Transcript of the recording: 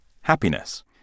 happiness